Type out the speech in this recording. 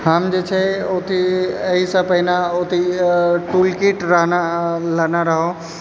हम जे छै ओ अथी एहिसँ पहिने ओ अथी टूलकिट लेने रहुँ